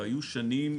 היו שנים,